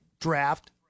draft